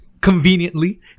conveniently